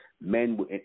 men